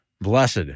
Blessed